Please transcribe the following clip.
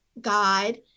God